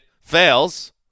fails